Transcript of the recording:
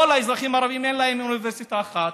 כל האזרחים הערבים, אין להם אוניברסיטה אחת.